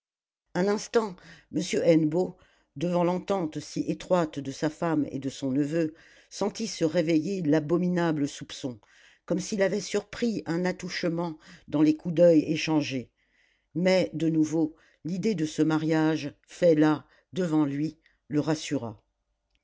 un instant m hennebeau devant l'entente si étroite de sa femme et de son neveu sentit se réveiller l'abominable soupçon comme s'il avait surpris un attouchement dans les coups d'oeil échangés mais de nouveau l'idée de ce mariage fait là devant lui le rassura